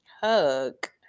Hug